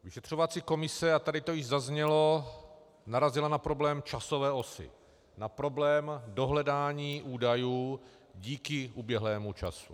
Vyšetřovací komise, a tady to již zaznělo, narazila na problém časové osy, na problém dohledání údajů díky uběhlému času.